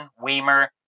Weimer